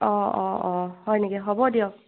অ অ অ হয় নেকি হ'ব দিয়ক